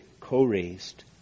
co-raised